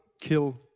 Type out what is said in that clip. kill